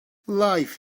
life